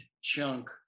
chunk